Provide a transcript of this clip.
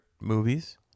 movies